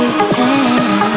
pretend